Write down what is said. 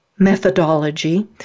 methodology